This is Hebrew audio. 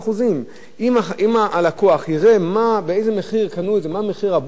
אם הלקוח יראה מה מחיר הבורסה של אותו יום,